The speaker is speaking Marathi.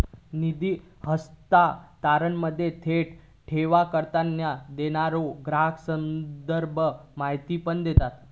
निधी हस्तांतरणामध्ये, थेट ठेव करताना, देणारो ग्राहक संदर्भ माहिती पण देता